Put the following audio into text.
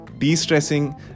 de-stressing